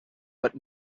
but